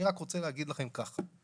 אני רק רוצה להגיד לכם כך: